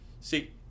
See